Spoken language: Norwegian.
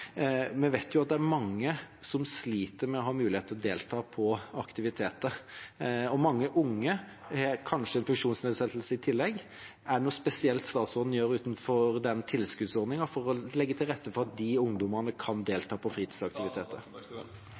Vi vet jo at det er mange som sliter med å ha mulighet til å delta på aktiviteter, og mange unge har kanskje en funksjonsnedsettelse i tillegg. Er noe spesielt statsråden gjør, i tillegg til tilskuddsordningen, for å legge til rette for at de ungdommene kan delta på fritidsaktiviteter?